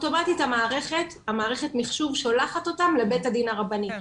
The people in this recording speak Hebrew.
אוטומטית המערכת מחשוב שולחת אותם לבית הדין הרבני,